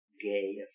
gay